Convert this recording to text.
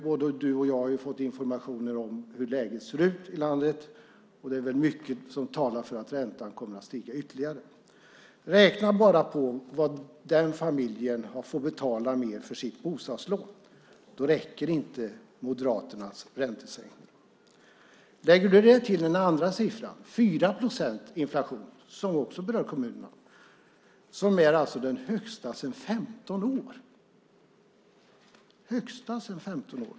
Både du och jag har fått information om hur läget ser ut i landet, och det är mycket som talar för att räntan kommer att stiga ytterligare. Vi kan titta på en familj som har ett bostadslån. Räkna bara på vad den familjen får betala mer för sitt bostadslån! Då räcker inte Moderaternas skattesänkning. Lägg därtill den andra siffran: Det är 4 procents inflation, som också berör kommunerna. Det är den högsta på 15 år!